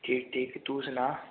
ਠੀਕ ਠੀਕ ਤੂੰ ਸੁਣਾ